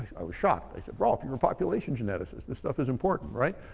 i was shocked. i said, rolf, you're a population geneticist. this stuff is important, right?